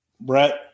Brett